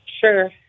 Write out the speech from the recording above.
Sure